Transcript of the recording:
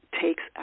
takes